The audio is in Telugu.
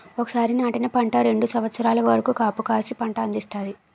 ఒకసారి నాటిన పంట రెండు సంవత్సరాల వరకు కాపుకాసి పంట అందిస్తాయి